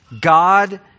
God